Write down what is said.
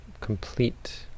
Complete